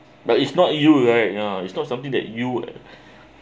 but it's not you right uh it's not something that you